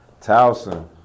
Towson